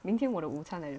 明天我的午餐来的